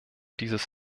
dieses